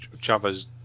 Chavez